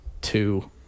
two